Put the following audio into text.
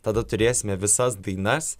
tada turėsime visas dainas